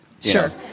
sure